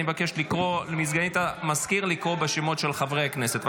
אני מבקש מסגנית המזכיר לקרוא בשמות של חברי הכנסת.